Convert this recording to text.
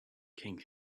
king